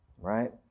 right